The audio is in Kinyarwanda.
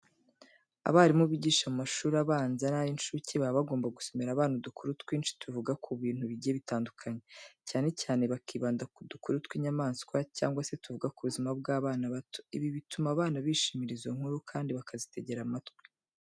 Abarimu bigisha mu mashuri abanza n'ay'inshuke baba bagomba gusomera abana udukuru twinshi tuvuga ku bintu bigiye bitandukanye, cyane cyane bakibanda ku dukuru tw'inyamanswa cyangwa se utuvuga ku buzima bw'abana bato. Ibi bituma abana bishimira izo nkuru kandi bakazitegera amatwi.